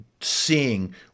seeing